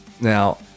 Now